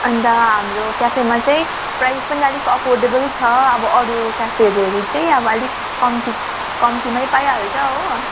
अन्त हाम्रो क्याफेमा चाहिँ प्राइस पनि अलिक अफोर्डेबल छ अब अरू क्याफेहरू हेरी चाहिँ अब अलिक कम्ती कम्तीमै पाइहाल्छ हो